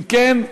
אם כן,